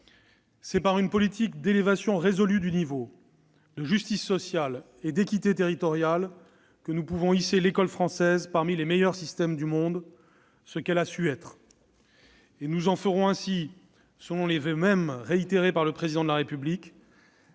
C'est par une politique d'élévation résolue du niveau, de justice sociale et d'équité territoriale que nous pouvons hisser l'école française parmi les meilleurs systèmes au monde, ce qu'elle a su être. Nous ferons ainsi de la France, selon les voeux mêmes du Président de la République,